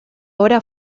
obra